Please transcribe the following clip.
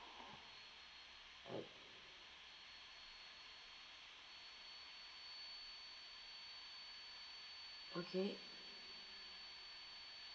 okay